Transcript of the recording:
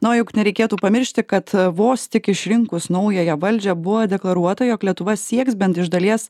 na juk nereikėtų pamiršti kad vos tik išrinkus naująją valdžią buvo deklaruota jog lietuva sieks bent iš dalies